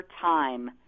time